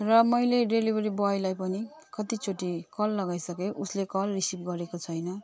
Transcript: र मैले डिलिभेरी बोयलाई भने कतिचोटि कल लगाइसके उसले कल रिसिभ गरेको छैन